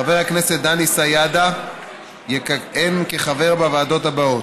חבר הכנסת דן סידה יכהן כחבר בוועדות הבאות: